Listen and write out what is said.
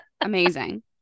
amazing